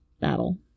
battle